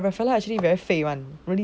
no actually rafaela very fake [one] very fake